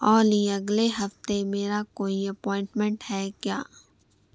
اولی اگلے ہفتے میرا کوئی اپوائنٹمنٹ ہے کیا